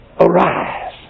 arise